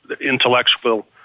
intellectual